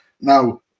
Now